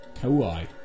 Kauai